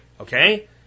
Okay